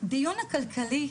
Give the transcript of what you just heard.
הדיון הכלכלי,